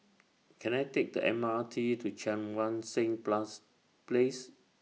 Can I Take The M R T to Cheang Wan Seng Plus Place